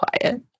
quiet